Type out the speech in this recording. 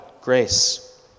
grace